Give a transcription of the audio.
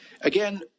Again